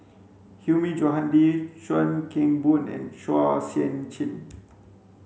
Hilmi Johandi Chuan Keng Boon and Chua Sian Chin